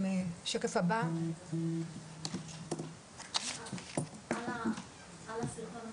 (מוצג סרטון בפני הוועדה) לגבי הפלקטים,